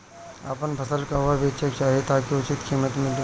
आपन फसल कहवा बेंचे के चाहीं ताकि उचित कीमत मिली?